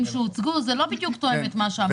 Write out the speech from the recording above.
שהוצגו לא תואמים בדיוק את מה שאמרתם.